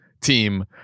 team